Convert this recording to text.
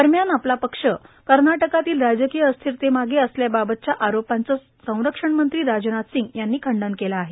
दरम्यान आपला पक्ष कर्नाटकतील राजकीय अस्थिरते मागे असल्यावाक्तव्या आरोपांचं संरक्षण मंत्री राजनाय सिंग यांनी खंडन केलं आहे